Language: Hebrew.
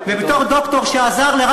אומר, תתבייש לך.